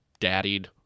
daddied